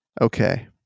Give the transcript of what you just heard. Okay